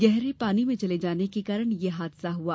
गहरे पानी में चले जाने के कारण यह हादसा हुआ